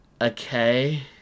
Okay